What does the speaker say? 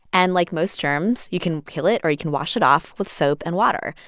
and like most germs, you can kill it or you can wash it off with soap and water.